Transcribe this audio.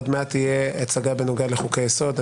עוד מעט תהיה הצגה בנוגע לחוקי היסוד.